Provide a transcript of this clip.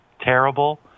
terrible